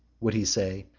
would he say,